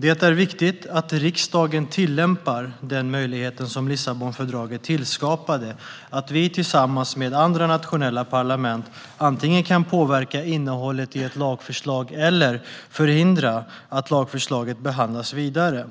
Det är viktigt att riksdagen tillämpar den möjlighet som Lissabonfördraget tillskapade: att vi tillsammans med andra nationella parlament antingen kan påverka innehållet i ett lagförslag eller förhindra att lagförslaget behandlas vidare.